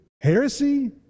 heresy